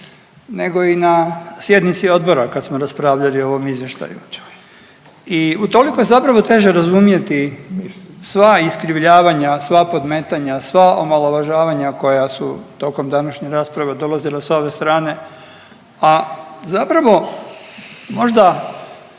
nego i na sjednici odbora kad smo raspravljali o ovom izvještaju. I utoliko je zapravo teže razumjeti sva iskrivljavanja, sva podmetanja, sva omalovažavanja koja su tokom današnje rasprave dolazila s ove strane. A zapravo možda